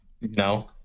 No